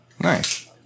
Nice